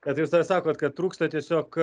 bet jūs dar sakot kad trūksta tiesiog